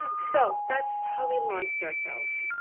so that's how we launched ourselves,